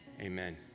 amen